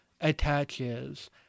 attaches